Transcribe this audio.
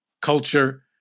culture